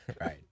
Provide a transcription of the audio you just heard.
Right